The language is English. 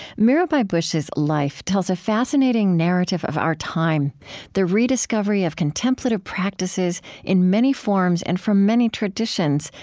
mirabai bush's life tells a fascinating narrative of our time the rediscovery of contemplative practices in many forms and from many traditions,